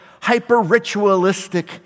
hyper-ritualistic